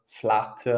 flat